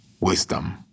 wisdom